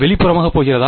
வெளிப்புறமாகப் போகிறதா